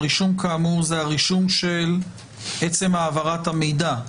"רישום כאמור" זה הרישום של עצם העברת המידע,